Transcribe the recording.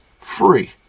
free